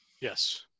Yes